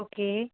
okay